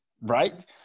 right